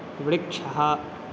वृक्षः